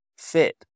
fit